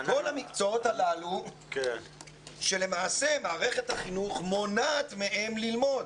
כל המקצועות הללו שלמעשה מערכת החינוך מונעת מהם ללמוד.